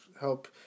help